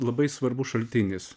labai svarbus šaltinis